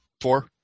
four